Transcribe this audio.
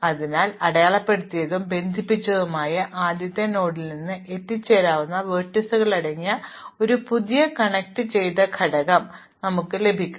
അതിനാൽ അടയാളപ്പെടുത്തിയതും ബന്ധിപ്പിച്ചതുമായ ആദ്യത്തെ നോഡിൽ നിന്ന് എത്തിച്ചേരാവുന്ന വെർട്ടീസുകൾ അടങ്ങിയ ഒരു പുതിയ കണക്റ്റുചെയ്ത ഘടകം ഞങ്ങൾക്ക് ലഭിക്കും